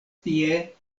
tie